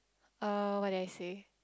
uh what did I say